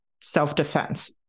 self-defense